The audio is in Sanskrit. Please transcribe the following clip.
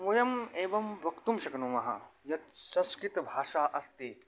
वयम् एवं वक्तुं शक्नुमः यत् संस्कृतभाषा अस्ति